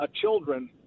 children